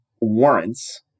warrants